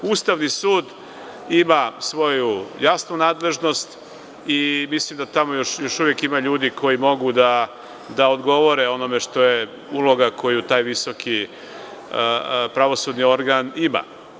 Ustavni sud ima svoju jasnu nadležnost i mislim da tamo još uvek ima ljudi koji mogu da odgovore onome što je uloga koju taj visoki pravosudni organ ima.